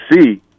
see